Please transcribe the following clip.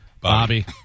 Bobby